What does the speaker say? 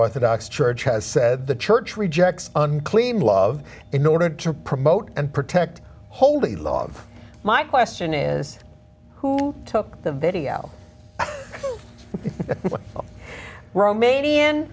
orthodox church has said the church rejects unclean love in order to promote and protect hold a lot of my question is who took the video of romanian